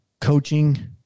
Coaching